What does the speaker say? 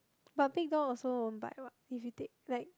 but big dog also won't bite what if you take